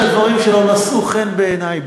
מכיוון שהדברים שלו נשאו חן בעיני,